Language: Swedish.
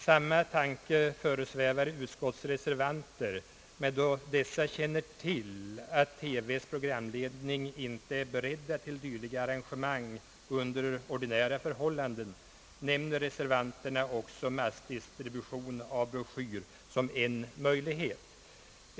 Samma tanke föresvävar utskottets reservanter, men då dessa känner till att TV:s programledning inte är beredd till dylika arrangemang under ordinära förhållanden, nämner reservanterna dessutom massdistribution av en broschyr som en möjlighet.